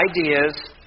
ideas